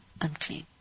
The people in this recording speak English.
unclean